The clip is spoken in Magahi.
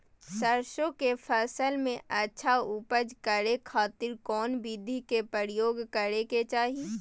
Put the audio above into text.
सरसों के फसल में अच्छा उपज करे खातिर कौन विधि के प्रयोग करे के चाही?